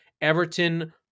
Everton